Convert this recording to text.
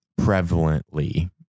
prevalently